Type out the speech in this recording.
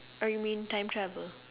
or you mean time travel